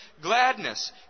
Gladness